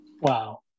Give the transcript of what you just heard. wow